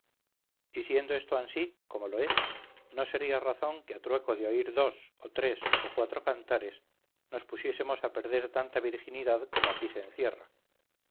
siendo esto ansí como lo es no sería razón que a trueco de oír dos o tres o cuatro cantares nos pusiésemos a perder tanta virginidad como aquí se encierra